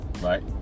right